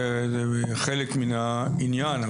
זה חלק מן העניין,